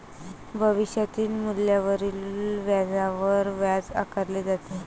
भविष्यातील मूल्यावरील व्याजावरच व्याज आकारले जाते